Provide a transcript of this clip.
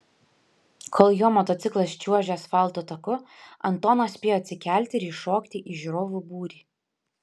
kol jo motociklas čiuožė asfalto taku antonas spėjo atsikelti ir įšokti į žiūrovų būrį